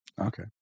Okay